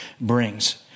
brings